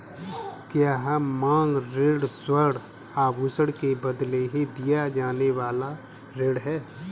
क्या मांग ऋण स्वर्ण आभूषण के बदले दिया जाने वाला ऋण है?